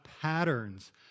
patterns